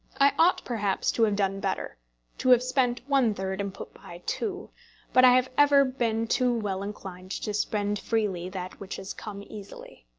i ought perhaps to have done better to have spent one-third, and put by two but i have ever been too well inclined to spend freely that which has come easily.